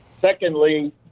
Secondly